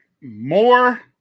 More